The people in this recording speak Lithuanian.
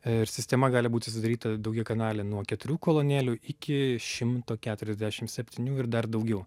ir sistema gali būti sudaryta daugiakanalė nuo keturių kolonėlių iki šimto keturiasdešim septynių ir dar daugiau